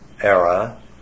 era